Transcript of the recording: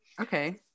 okay